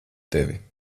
tevi